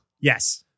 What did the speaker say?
Yes